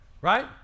right